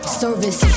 service